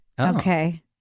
Okay